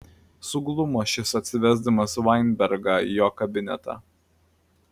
suglumo šis atsivesdamas vainbergą į jo kabinetą